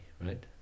right